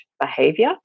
behavior